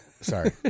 sorry